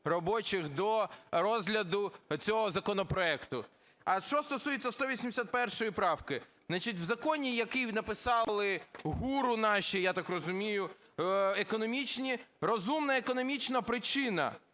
робочих до розгляду цього законопроекту. Що стосується 181 правки. В законі, який написали гуру наші, я так розумію, розумна економічна причина